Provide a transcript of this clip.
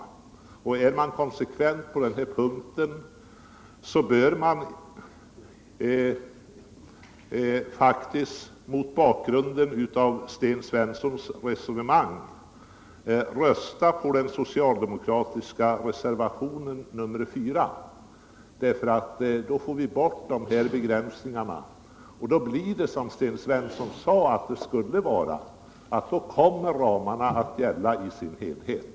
Är man konsekvent på denna punkt, bör man faktiskt mot bakgrund av Sten Svenssons resonemang rösta på den socialdemokratiska reservationen 4. Då skulle vi få bort de här begränsningarna, och då blir det som Sten Svensson anser att det bör vara, nämligen att ramarna kommer att gälla i sin helhet.